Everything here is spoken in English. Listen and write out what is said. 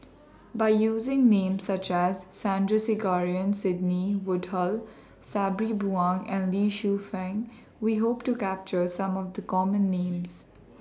By using Names such as Sandrasegaran Sidney Woodhull Sabri Buang and Lee Shu Fen We Hope to capture Some of The Common Names